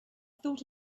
thought